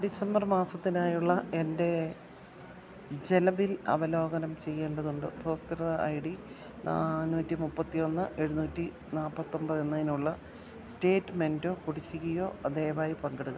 December മാസത്തിനായുള്ള എൻറ്റെ ജല ബിൽ അവലോകനം ചെയ്യേണ്ടതുണ്ട് ഉപഭോക്തൃ ഐ ഡി നാന്നൂറ്റി മുപ്പത്തിയൊന്ന് എഴുനൂറ്റി നാല്പത്തി ഒന്പത് എന്നതിനുള്ള സ്റ്റേറ്റ്മെൻറ്റോ കുടിശ്ശികയോ ദയവായി പങ്കിടുക